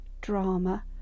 drama